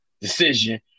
decision